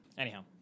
Anyhow